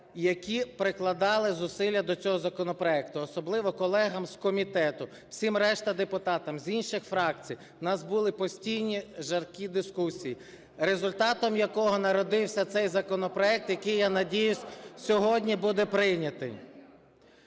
які прикладали зусилля до цього законопроекту, особливо колегам з комітету, всім решта депутатам з інших фракцій. В нас були постійні жаркі дискусії, результатом яких народився цей законопроект, який, я надіюся, сьогодні буде прийнятий.